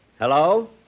Hello